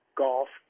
golf